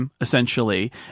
essentially